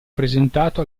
presentato